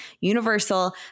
Universal